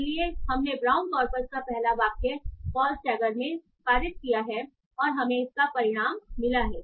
इसलिए हमने Brown corpus का पहला वाक्य पॉज़ टैगर में पारित किया है और हमें इसका परिणाम मिला है